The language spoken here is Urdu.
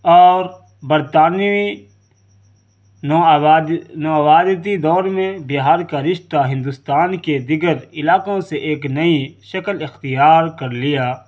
اور برطانوی نوآباد نوآبادیاتی دور میں بہار کا رشتہ ہندوستان کے دیگر علاقوں سے ایک نئی شکل اختیار کر لیا